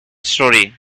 story